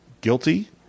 guilty